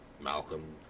Malcolm